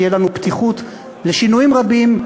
תהיה לנו פתיחות לשינויים רבים,